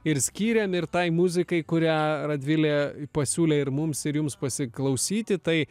ir skyrėm ir tai muzikai kurią radvilė pasiūlė ir mums ir jums pasiklausyti tai